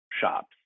shops